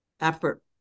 effort